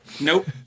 Nope